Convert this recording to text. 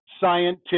scientific